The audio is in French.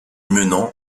menant